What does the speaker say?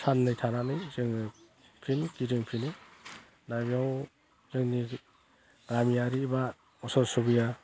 साननै थानानै जोङो फिन गिदिंफिनो दा बेयाव जोंनि गामियारि बा असरसबरिया